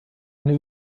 eine